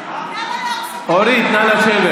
למה לא הורסים את הבית של, אורית, נא לשבת.